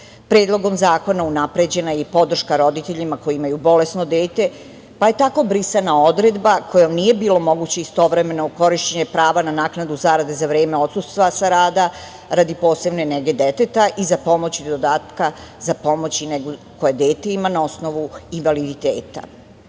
zakona unapređena je i podrška roditeljima koji imaju bolesno dete, pa je tako brisana odredba kojom nije bilo moguće istovremeno korišćenje prava na naknadu zarade za vreme odsustva sa rada radi posebne nege deteta i pomoćnog dodatka za pomoć i negu koju dete ima na osnovu invaliditeta. Na